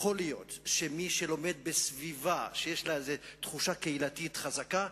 יכול להיות שמי שלומד בסביבה שיש לה תחושה קהילתית חזקה,